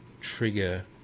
trigger